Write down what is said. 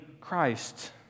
Christ